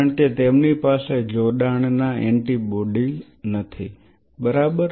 કારણ કે તેમની પાસે જોડાણ ના એન્ટિબોડી નથી બરાબર